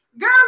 Girl